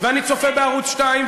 ואני צופה בערוץ 2,